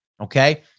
Okay